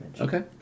Okay